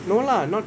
no lah not